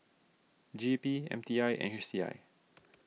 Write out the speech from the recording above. G E P M T I and H C I